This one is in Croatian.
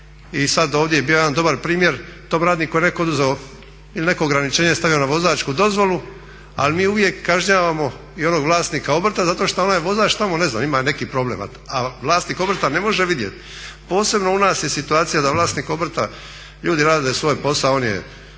i sad ovdje je bio jedan dobar primjer tom radniku je netko oduzeo ili neko ograničenje stavio na vozačku dozvolu, ali mi uvijek kažnjavamo i onog vlasnika obrta zato što onoj vozač tamo ima neki problem, a vlasnik obrta ne može vidjet. Posebno u nas je situacija da vlasnik obrta, ljudi rade svoj posao, on je